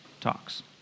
talks